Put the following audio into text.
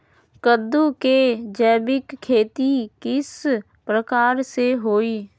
कददु के जैविक खेती किस प्रकार से होई?